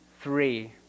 three